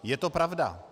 Je to pravda.